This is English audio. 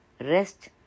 rest